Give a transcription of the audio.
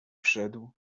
wszedł